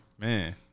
Man